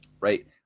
right